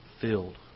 Filled